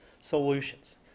solutions